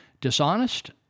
Dishonest